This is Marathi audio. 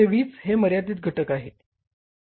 यथे वीज हे मर्यादित घटक आहे